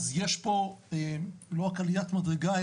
אז יש פה לא רק עליית מדרגה,